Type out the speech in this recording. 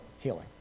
healing